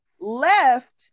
left